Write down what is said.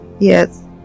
yes